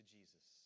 Jesus